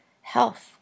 health